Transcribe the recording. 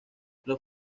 los